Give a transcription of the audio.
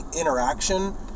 interaction